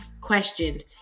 questioned